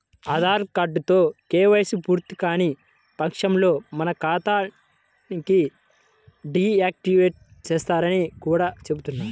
ఆధార్ కార్డుతో కేవైసీ పూర్తికాని పక్షంలో మన ఖాతా ని డీ యాక్టివేట్ చేస్తారని కూడా చెబుతున్నారు